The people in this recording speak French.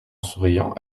souriant